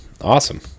awesome